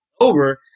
over